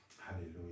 hallelujah